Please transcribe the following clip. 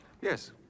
Yes